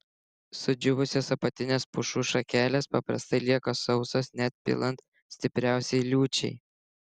sudžiūvusios apatinės pušų šakelės paprastai lieka sausos net pilant stipriausiai liūčiai